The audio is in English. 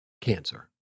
cancer